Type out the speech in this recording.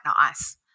nice